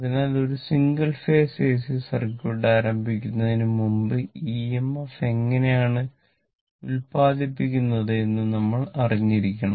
അതിനാൽ ഒരു single phase AC circuit ആരംഭിക്കുന്നതിന് മുമ്പ് ഇഎംഎഫ് എങ്ങനെയാണ് ഉത്പാദിപ്പിക്കുന്നത് എന്ന് നമ്മൾ അറിഞ്ഞിരിക്കണം